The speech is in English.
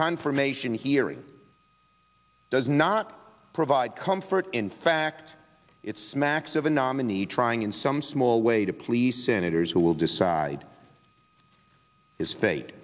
confirmation hearing does not provide comfort in fact it smacks of a nominee trying in some small way to please senators who will decide as fate